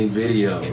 video